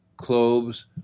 cloves